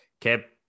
kept